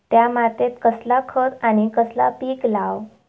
त्या मात्येत कसला खत आणि कसला पीक लाव?